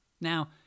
Now